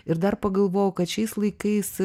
ir dar pagalvojau kad šiais laikais